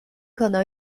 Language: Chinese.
可能